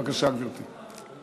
בבקשה, גברתי.